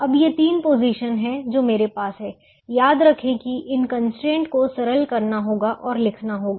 अब ये तीन पोजीशन हैं जो मेरे पास हैं याद रखें कि इन कंस्ट्रेंट को सरल करना होगा और लिखना होगा